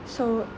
so